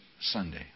Sunday